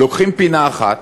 לוקחים פינה אחת